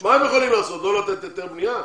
מה הם יכולים לעשות לא לתת היתר בנייה?